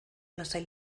lasai